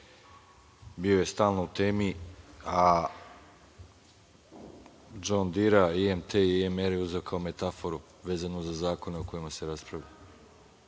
Bio je stalno u temi, a Džon Dira, IMT i IMR je uzeo kao metaforu vezano za zakone o kojima se raspravlja.